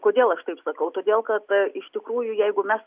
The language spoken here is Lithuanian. kodėl aš taip sakau todėl kad iš tikrųjų jeigu mes